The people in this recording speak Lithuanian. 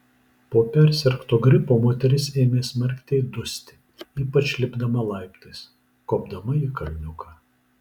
po persirgto gripo moteris ėmė smarkiai dusti ypač lipdama laiptais kopdama į kalniuką